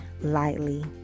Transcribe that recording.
lightly